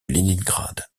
leningrad